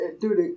dude